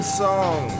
song